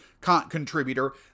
contributor